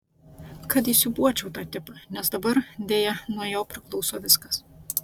kad įsiūbuočiau tą tipą nes dabar deja nuo jo priklauso viskas